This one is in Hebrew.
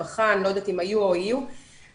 אני לא יודעת אם היו או יהיו ממשרד הרווחה,